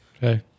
Hey